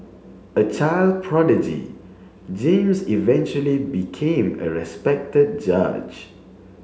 a child prodigy James eventually became a respected judge